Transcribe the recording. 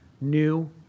new